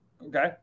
Okay